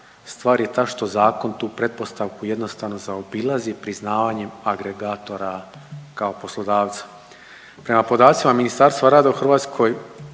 stvar je ta što zakon tu pretpostavku jednostavno zaobilazi priznavanjem agregatora kao poslodavca. Prema podacima Ministarstva rada u Hrvatskoj